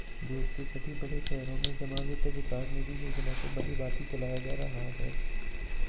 देश के सभी बड़े शहरों में जमा वित्त विकास निधि योजना को भलीभांति चलाया जा रहा है